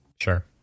Sure